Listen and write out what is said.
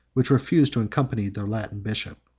which refused to accompany their latin bishop.